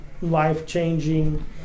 life-changing